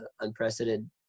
unprecedented